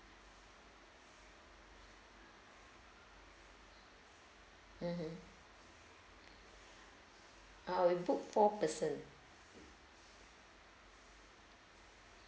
mmhmm ah we book four person